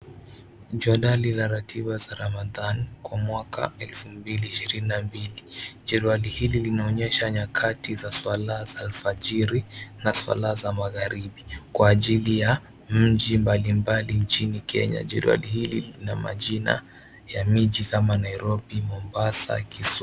Mjaladi waratiba ya ramadhana elfu mbili ishirini na mbili jedwali hili linaonyesha nyakati za swalaa za alfajiri na magharibi kwa ajili ya miji mbali mbali nchini Kenya jedwali hili ina majina ya miji kama Nairobi, Mombasa, Kisumu.